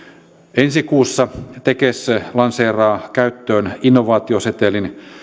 ensi kuussa tekes lanseeraa käyttöön innovaatiosetelin